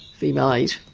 female eight,